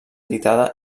editada